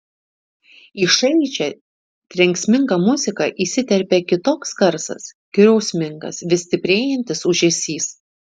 į šaižią trenksmingą muziką įsiterpia kitoks garsas griausmingas vis stiprėjantis ūžesys